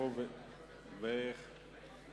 חנא